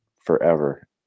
forever